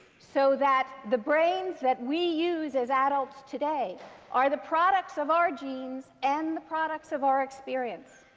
so that the brains that we use as adults today are the products of our genes and the products of our experience.